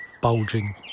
bulging